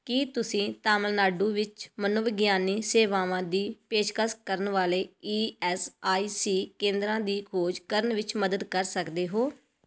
ਕੀ ਤੁਸੀਂ ਤਾਮਿਲਨਾਡੂ ਵਿੱਚ ਮਨੋਵਿਗਿਆਨੀ ਸੇਵਾਵਾਂ ਦੀ ਪੇਸ਼ਕਸ਼ ਕਰਨ ਵਾਲੇ ਈ ਐਸ ਆਈ ਸੀ ਕੇਂਦਰਾਂ ਦੀ ਖੋਜ ਕਰਨ ਵਿੱਚ ਮਦਦ ਕਰ ਸਕਦੇ ਹੋ